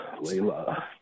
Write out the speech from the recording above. Layla